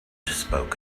spoke